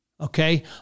Okay